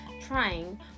Trying